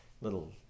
little